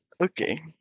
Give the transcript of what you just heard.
Okay